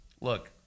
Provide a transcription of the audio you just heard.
look